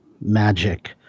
magic